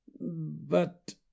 but